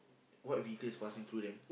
what vehicle is passing through them